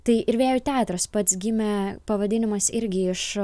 tai ir vėjų teatras pats gimė pavadinimas irgi iš